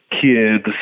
kids